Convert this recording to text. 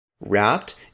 wrapped